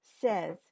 says